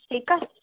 ठीकु आहे